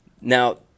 now